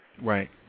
Right